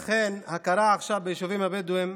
לכן, הכרה עכשיו ביישובים הבדואיים,